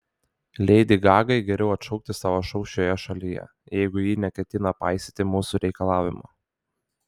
leidi gagai geriau atšaukti savo šou šioje šalyje jeigu ji neketina paisyti mūsų reikalavimo